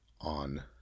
on